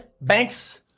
banks